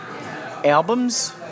albums